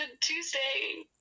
Tuesday